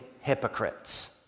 hypocrites